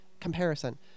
comparison